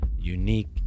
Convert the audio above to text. unique